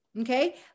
Okay